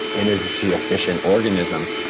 energy-efficient organism.